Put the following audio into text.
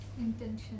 Intention